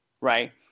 right